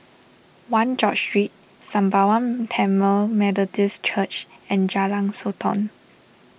one George Street Sembawang Tamil Methodist Church and Jalan Sotong